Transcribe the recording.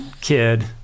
kid